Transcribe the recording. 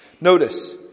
Notice